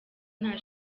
nta